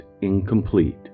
incomplete